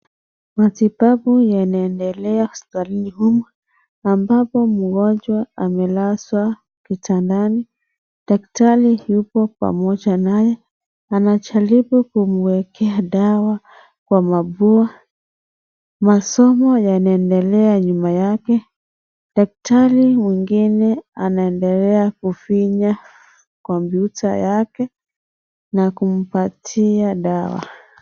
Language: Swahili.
Matibabu yanaendelea hospitalini humu ambapo mgonjwa amelazwa kitandani, daktari yupo pamoja naye anajaribu kumuekea dawa kwa mapua, masomo yanaendelea nyuma yake , daktari mwingine anaendelea kufinya kompyuta yake na kumpatia dawa.